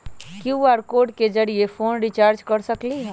QR code के जरिय phone recharge कर सकली ह?